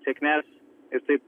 sėkmės ir taip